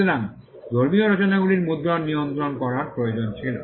সুতরাং ধর্মীয় রচনাগুলির মুদ্রণ নিয়ন্ত্রণ করার প্রয়োজন ছিল